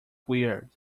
weird